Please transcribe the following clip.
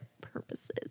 purposes